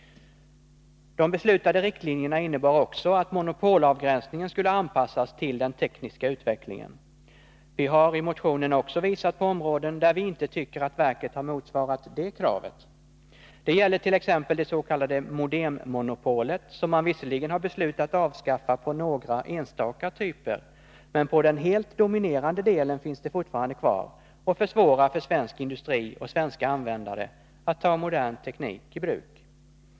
De beslutade riktlinjerna innebar också att monopolavgränsningen skulle anpassas till den tekniska utvecklingen. Vi har i motionen också visat på områden där vi inte tycker att verket har motsvarat det kravet. Det gäller t.ex. det s.k. modemmonopolet, som man visserligen har beslutat avskaffa på några enstaka typer, men på den helt dominerande delen finns det fortfarande kvar och försvårar för svensk industri och svenska användare att ta modern teknik i bruk.